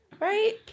Right